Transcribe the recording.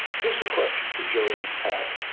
this is a question for gillian tett.